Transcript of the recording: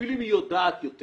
אפילו אם היא יודעת יותר.